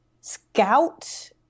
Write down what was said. scout